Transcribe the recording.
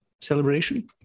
celebration